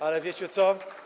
Ale wiecie co?